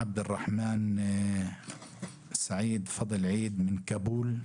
עבד אל רחמן סעיד פאדל עיד מכאבול.